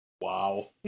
Wow